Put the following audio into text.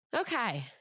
Okay